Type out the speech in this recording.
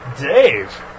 Dave